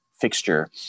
fixture